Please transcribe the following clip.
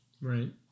Right